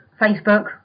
Facebook